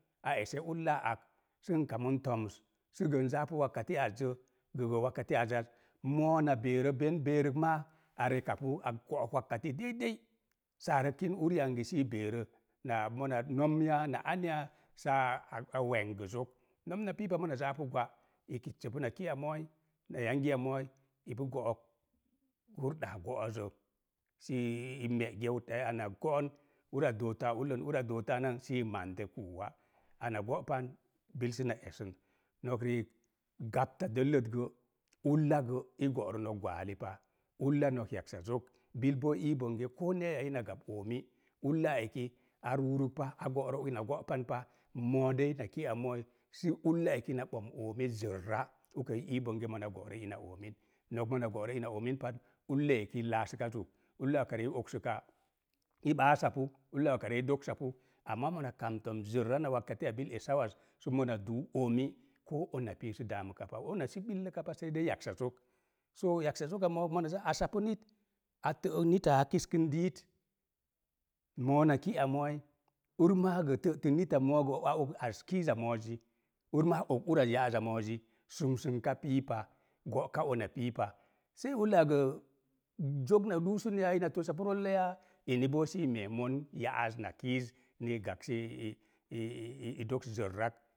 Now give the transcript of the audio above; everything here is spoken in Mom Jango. A ese ullaa ak, sən kamən tooms, sə gə nzaapu wakkati az zə, gə gə wakkati azə, moo na beerə ben beerək maa a rekapu a go'ok wakkati deidei, saa re kin uri yangi sai beerə. Naa mona nom yaa, na aneya, saa a wengs gə zok. Nom na pii pa mona zaapu gwa, i kitsəpu na ki a mooi na yangi mooi, ipu go'ok go'ozə. Si i mé ana go'on, uraz dortə a ullən, uraz dortə a nan sii mandə puuwa. Ana go'pan, bil səna esən. Nok riik, gapta dəllət gə’ ulla gə, i go'rə nok gwantipa, ulla nok yaksa zok. Bil boo i bonhge koo neya, ina gab oomi. Ulla eki a ruurək pa a go'rək ina go'pan pa, moo dei na ki a mooi sii ullaa eki na bom oomi zərra, ikə i ii bonhge mona go'rə ina oomin. Nok mona go'rə ina oomin pa, ullaa eki laaska zuk. Ulla okarə i oksuka i ɓaasapu, ulla ukaro i doksapu. Amaa mona kam toms zərra na wakkatiya bil esauwaz sə mona duu oomi, ko ona pii sə ona sə ka pa. Sai dei yaksa zok. Soo yaksa zok ka mook mona za asapu nit, a tə'ək nita a kiskən diit, moo na ki'a mooi, ur maa gə tətək nita moo gə a og az kiiza moozi. Ur maa og uraz ya'az moozi. Sumsunka piipa, go'ka una piipa. Sai ulla gə zzək na ruu sən yaa, ina tosapu roolə yaa, eni boo sii mee mon ya'az na kiiz, ni gak sii i. i i doks zərrak.